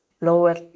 lower